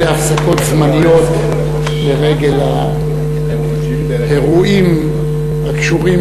אלה הפסקות זמניות לרגל האירועים הקשורים